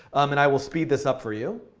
and i will speed this up for you.